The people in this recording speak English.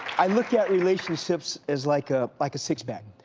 i look at relationships as like ah like a six-pack.